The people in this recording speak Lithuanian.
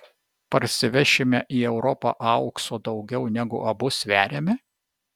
parsivešime į europą aukso daugiau negu abu sveriame